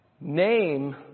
name